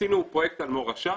עשינו פרויקט על מורשה,